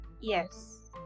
yes